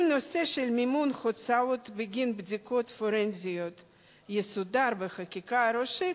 אם הנושא של מימון הוצאות בגין בדיקות פורנזיות יסודר בחקיקה הראשית,